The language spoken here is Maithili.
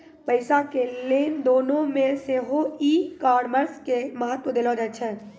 पैसा के लेन देनो मे सेहो ई कामर्स के महत्त्व देलो जाय छै